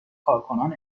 کارکنان